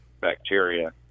bacteria